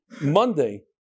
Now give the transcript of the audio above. Monday